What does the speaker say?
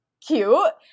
cute